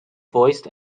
voiced